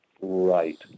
Right